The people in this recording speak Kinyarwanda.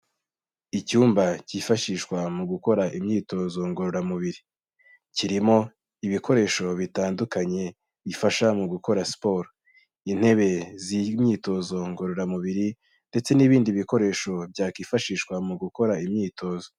Icyumba ckifashishwa mu gukora imyitozo ngororamubiri, kirimo ibikoresho bitandukanye bifasha mu gukora siporo, intebe z'imyitozo ngororamubiri ndetse n'ibindi bikoresho byakifashishwa mu gukora imyitozo.